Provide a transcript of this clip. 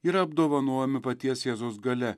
yra apdovanojami paties jėzaus galia